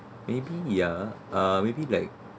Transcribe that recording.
maybe ya uh maybe like